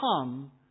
come